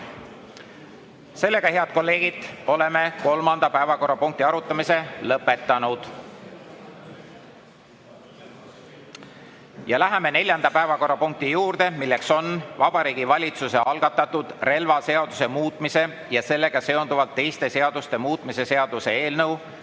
Seega, head kolleegid, oleme kolmanda päevakorrapunkti arutamise lõpetanud. Läheme neljanda päevakorrapunkti juurde. See on Vabariigi Valitsuse algatatud relvaseaduse muutmise ja sellega seonduvalt teiste seaduste muutmise seaduse eelnõu